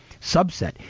subset